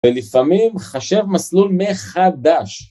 ולפעמים חשב מסלול מחדש.